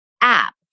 app